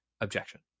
objection